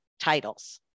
titles